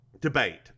debate